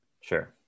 Sure